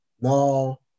no